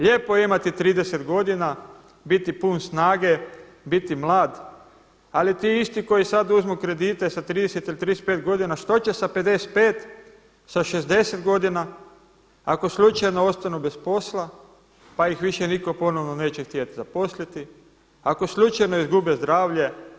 Lijepo je imati 30 godina, biti pun snage, biti mlad, ali ti isti koji sada uzmu kredite sa 30 ili 35 godina, što će sa 55, sa 60 godina, ako slučajno ostanu bez posla pa ih više nitko ponovno neće htjeti zaposliti, ako slučajno izgube zdravlje?